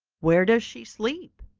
where does she sleep?